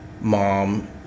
mom